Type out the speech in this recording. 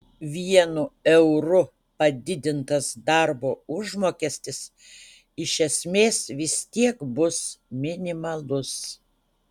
vienu euru padidintas darbo užmokestis iš esmės vis tiek bus minimalus